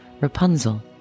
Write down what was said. Rapunzel